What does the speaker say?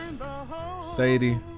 Sadie